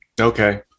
Okay